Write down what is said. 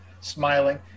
smiling